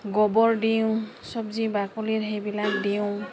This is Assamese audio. গোবৰ দিওঁ চব্জি বাকলিৰ সেইবিলাক দিওঁ